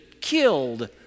killed